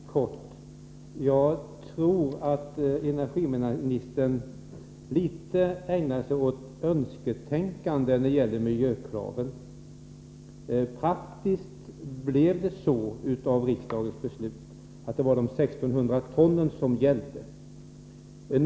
Herr talman! Mycket kort: Jag tror att energiministern litet grand hänger sig åt önsketänkande när det gäller miljökraven. Av riksdagens beslut blev det i praktiken så att det som gällde var dessa 16 ton.